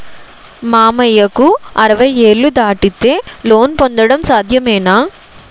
మామయ్యకు అరవై ఏళ్లు దాటితే లోన్ పొందడం సాధ్యమేనా?